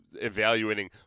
evaluating